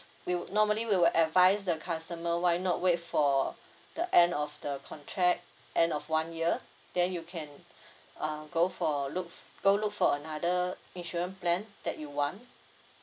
will normally we will advise the customer why not wait for the end of the contract end of one year then you can uh go for look go look for another insurance plan that you want